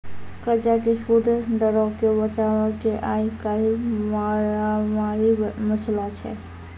कर्जा के सूद दरो के बचाबै के आइ काल्हि मारामारी मचलो छै